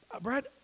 Brad